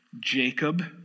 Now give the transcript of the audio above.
Jacob